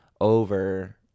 over